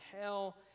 hell